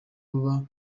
kuba